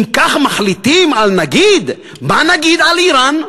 אם כך מחליטים על נגיד, מה נגיד על איראן?